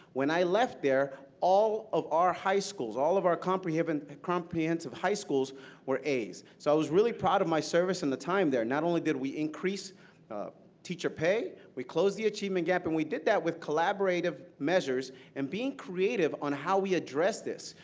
when i left there, all of our high schools, all of our comprehensive and comprehensive high schools were a's. so i was really proud of my service and the time there. not only did we increase teacher pay, we closed the achievement gap. and we did that we collaborative measure and being creative on how we address this.